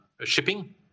shipping